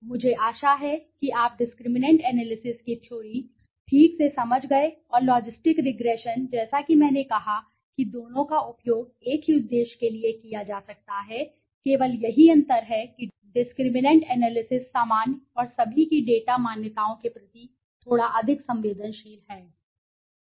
मुझे आशा है आप डिस्क्रिमिनैंट एनालिसिस की थ्योरी ठीक से समझ गए और लॉजिस्टिक रिग्रेशन जैसा कि मैंने कहा कि दोनों का उपयोग एक ही उद्देश्य के लिए किया जा सकता है केवल यही अंतर है कि डिस्क्रिमिनैंट एनालिसिस सामान्य और सभी की डेटा मान्यताओं के प्रति थोड़ा अधिक संवेदनशील है